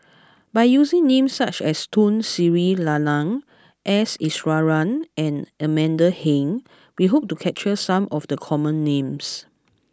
by using names such as Tun Sri Lanang S Iswaran and Amanda Heng we hope to capture some of the common names